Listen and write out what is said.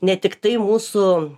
ne tiktai mūsų